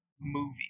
movie